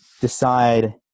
decide